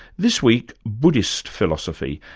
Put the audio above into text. this week, buddhist philosophy,